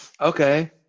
Okay